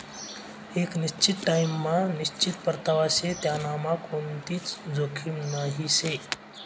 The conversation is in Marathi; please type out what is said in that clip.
एक निश्चित टाइम मा निश्चित परतावा शे त्यांनामा कोणतीच जोखीम नही शे